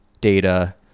data